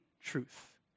truth